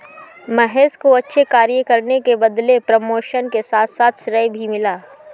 महेश को अच्छे कार्य करने के बदले प्रमोशन के साथ साथ श्रेय भी मिला